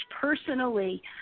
personally